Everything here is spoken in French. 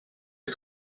est